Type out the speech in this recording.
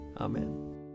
Amen